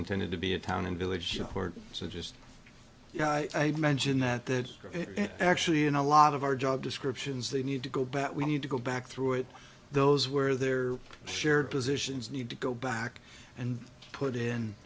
intended to be a town and village court so just you know i mentioned that that actually in a lot of our job descriptions they need to go back we need to go back through it those were their shared positions need to go back and put in